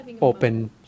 open